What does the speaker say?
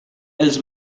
els